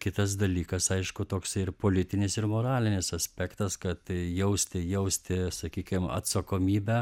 kitas dalykas aišku toks ir politinis ir moralinis aspektas kad jausti jausti sakykim atsakomybę